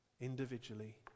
individually